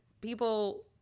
people